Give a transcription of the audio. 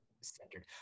centered